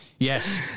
Yes